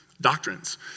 doctrines